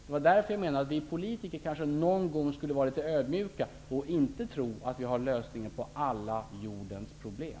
Därför menar jag att vi politiker kanske någon gång skulle vara litet ödmjuka och inte tro att vi har lösningen på alla jordens problem.